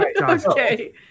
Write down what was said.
Okay